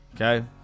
Okay